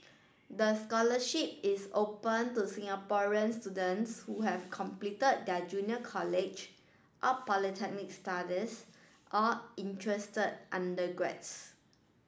the scholarship is open to Singaporean students who have completed their junior college or polytechnic studies or interest undergraduates